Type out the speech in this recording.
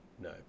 no